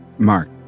Mark